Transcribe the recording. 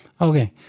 Okay